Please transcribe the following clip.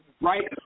Right